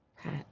Pat